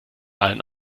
allen